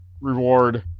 reward